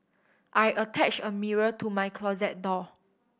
I attached a mirror to my closet door